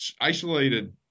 isolated